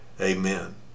amen